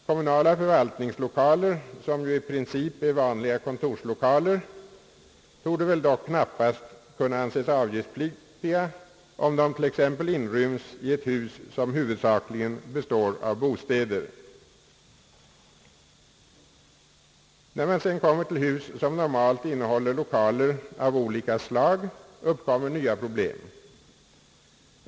Kommunala förvaltningslokaler, som ju i princip är vanliga kontorslokaler, torde väl dock knappast anses avgiftspliktiga, om de t.ex. inryms När man sedan kommer till hus, som normalt innehåller lokaler av olika slag, uppkommer nya problem.